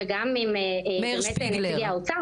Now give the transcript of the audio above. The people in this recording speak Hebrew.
-- וגם עם נציגי האוצר.